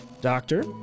doctor